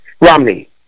Romney